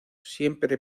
siempre